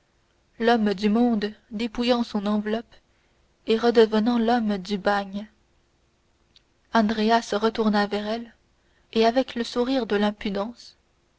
l'homme du monde dépouillant son enveloppe et redevenant l'homme du bagne andrea se retourna vers elles et avec le sourire de l'impudence